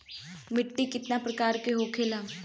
मिट्टी कितना प्रकार के होखेला?